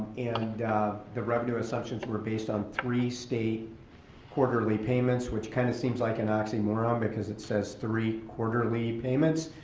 and the revenue assumptions were based on three state quarterly payments, which kind of seems like an oxymoron because it says three quarterly payments,